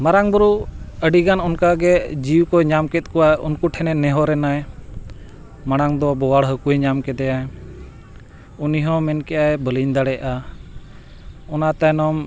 ᱢᱟᱨᱟᱝ ᱵᱩᱨᱩ ᱟᱹᱰᱤ ᱜᱟᱱ ᱚᱱᱠᱟ ᱜᱮ ᱡᱤᱣᱤ ᱠᱚ ᱧᱟᱢ ᱠᱮᱫ ᱠᱚᱣᱟ ᱩᱱᱠᱩ ᱴᱷᱮᱱᱮ ᱱᱮᱦᱚᱨ ᱮᱱᱟᱭ ᱢᱟᱲᱟᱝ ᱫᱚ ᱵᱳᱣᱟᱲ ᱦᱟᱹᱠᱩᱭ ᱧᱟᱢ ᱠᱮᱫᱮᱭᱟᱭ ᱩᱱᱤ ᱦᱚᱸ ᱢᱮᱱᱠᱮᱫᱟᱭ ᱵᱟᱹᱞᱤᱧ ᱫᱟᱲᱮᱭᱟᱜᱼᱟ ᱚᱱᱟ ᱛᱟᱭᱱᱚᱢ